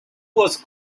was